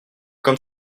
comme